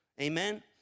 Amen